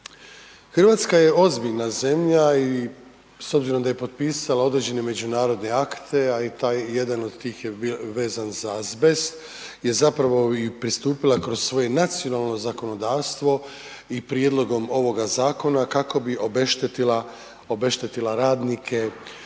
RH je ozbiljna zemlja i s obzirom da je potpisala određene međunarodne akte, a i taj, jedan od tih je vezan za azbest je zapravo i pristupila kroz svoje nacionalno zakonodavstvo i prijedlogom ovoga zakona kako bi obeštetila, obeštetila